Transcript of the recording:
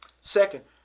Second